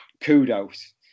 kudos